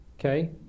okay